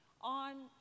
on